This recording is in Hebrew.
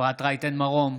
אפרת רייטן מרום,